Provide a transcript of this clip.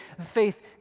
faith